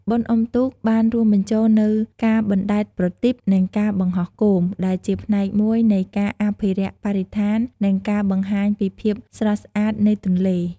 បុណ្យអុំទូក បានរួមបញ្ចូលនូវការបណ្ដែតប្រទីប និងការបង្ហោះគោម ដែលជាផ្នែកមួយនៃការអភិរក្សបរិស្ថាន និងការបង្ហាញពីភាពស្រស់ស្អាតនៃទន្លេ។